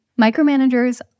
Micromanagers